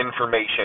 information